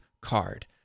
card